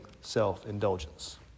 self-indulgence